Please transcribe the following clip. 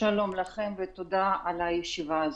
שלום לכם ותודה על הישיבה הזאת.